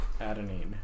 Adenine